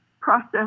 process